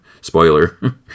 Spoiler